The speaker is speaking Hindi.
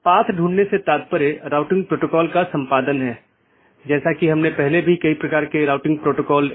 हम बताने की कोशिश कर रहे हैं कि राउटिंग प्रोटोकॉल की एक श्रेणी इंटीरियर गेटवे प्रोटोकॉल है